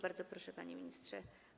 Bardzo proszę, panie ministrze.